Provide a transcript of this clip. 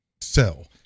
sell